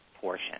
portion